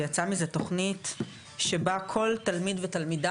ויצאה מזה תוכנית שבה כל תלמיד ותלמידה